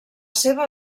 seva